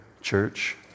church